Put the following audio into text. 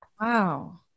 wow